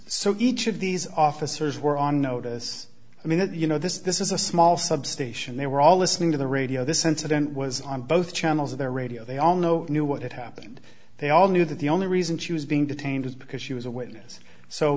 so each of these officers were on notice i mean you know this is this is a small substation they were all listening to the radio this incident was on both channels their radio they all know knew what had happened they all knew that the only reason she was being detained is because she was a witness so